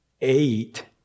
eight